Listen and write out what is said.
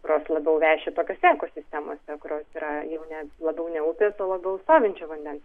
kurios labiau veši tokiose ekosistemose kurios yra jau ne labiau ne upės o labiau stovinčio vandens